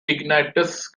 ignatius